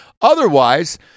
Otherwise